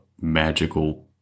magical –